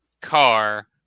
car